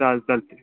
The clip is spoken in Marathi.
चालेल चालते